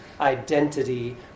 identity